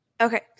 Okay